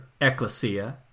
ecclesia